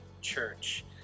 Church